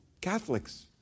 Catholics